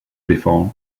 before